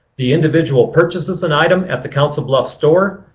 the individual purchases an item at the council bluffs store,